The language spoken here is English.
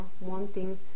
wanting